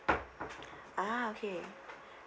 ah okay